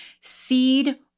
Seed